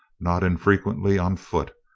not infrequently on foot,